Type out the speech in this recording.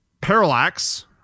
Parallax